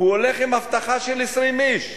הולך עם אבטחה של 20 איש,